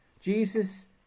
Jesus